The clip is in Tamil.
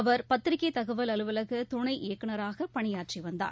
அவர் பத்திரிகைதகவல் அலுவலகதுணை இயக்குனராகபணியாற்றிவந்தார்